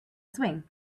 swing